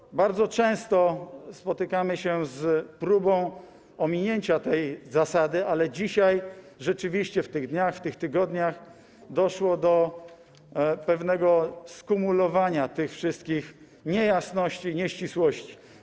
I bardzo często spotykamy się z próbą ominięcia tej zasady, ale dzisiaj rzeczywiście, w tych dniach, w tych tygodniach, doszło do pewnego skumulowania tych wszystkich niejasności, nieścisłości.